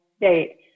date